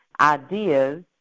ideas